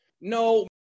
No